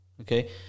okay